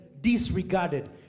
disregarded